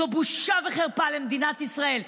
זו בושה וחרפה למדינת ישראל,